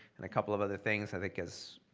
and a couple of other things, i think, as